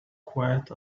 quiet